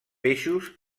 peixos